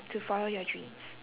to follow your dreams